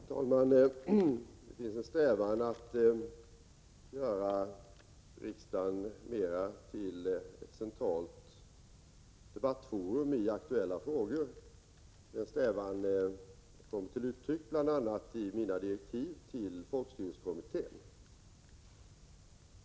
Herr talman! Det finns en strävan att göra riksdagen till mer av ett centralt debattforum i aktuella frågor. Den strävan kommer till uttryck bl.a. i mina direktiv till folkstyrelsekommittén.